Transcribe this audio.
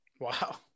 Wow